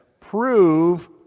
prove